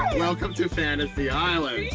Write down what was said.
welcome to fantasy island!